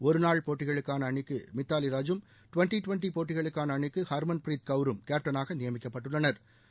ஒருநாள் போட்டிகளுக்கான அணிக்கு மித்தாலி ராஜூம் டுவெண்ட்டி போட்டிகளுக்கான அணிக்கு ஹாமன் ப்ரீத் கவுரும் கேப்டனாக நியமிக்கப்பட்டுள்ளனா